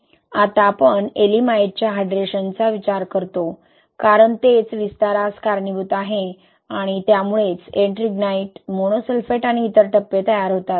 आता आपण येएलिमाइटच्या हायड्रेशनचा विचार करतो कारण तेच विस्तारास कारणीभूत आहे आणि त्यामुळेच एट्रिंगाइट मोनोसल्फेट आणि इतर टप्पे तयार होतात